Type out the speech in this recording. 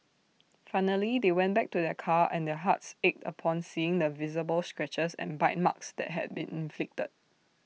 finally they went back to their car and their hearts ached upon seeing the visible scratches and bite marks that had been inflicted